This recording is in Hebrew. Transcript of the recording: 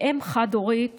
אם חד-הורית